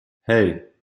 hey